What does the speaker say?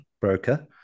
broker